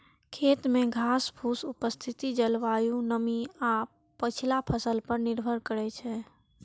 खेत मे घासफूसक उपस्थिति जलवायु, नमी आ पछिला फसल पर निर्भर करै छै